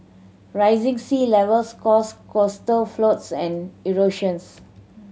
rising sea levels cause coastal floods and erosions